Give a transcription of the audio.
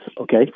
okay